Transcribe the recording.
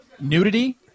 Nudity